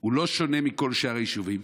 הוא שהוא לא שונה מכל שאר היישובים.